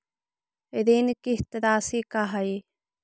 ऋण किस्त रासि का हई?